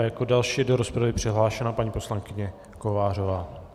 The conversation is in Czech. A jako další je do rozpravy přihlášena paní poslankyně Kovářová.